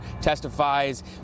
testifies